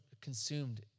consumed